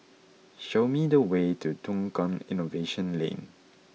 show me the way to Tukang Innovation Lane